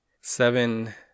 seven